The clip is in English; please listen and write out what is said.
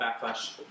backlash